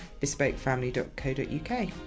bespokefamily.co.uk